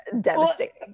devastating